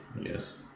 yes